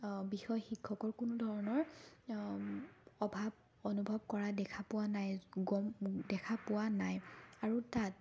বিষয় শিক্ষকৰ কোনো ধৰণৰ অভাৱ অনুভৱ কৰা দেখা পোৱা নাই গম দেখা পোৱা নাই আৰু তাত